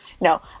no